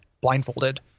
blindfolded